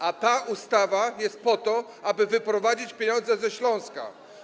A ta ustawa jest po to, aby wyprowadzić pieniądze ze Śląska.